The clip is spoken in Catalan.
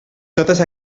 totes